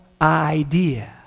idea